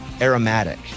aromatic